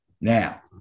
Now